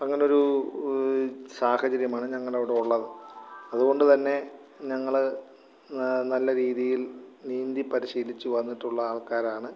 അങ്ങനൊരു സാഹചര്യമാണ് ഞങ്ങളുടെ അവിടെ ഉള്ളത് അതുകൊണ്ടുതന്നെ ഞങ്ങള് നല്ല രീതിയിൽ നീന്തി പരിശീലിച്ച് വന്നിട്ടുള്ള ആൾക്കാരാണ്